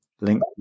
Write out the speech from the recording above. link